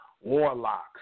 warlocks